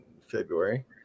February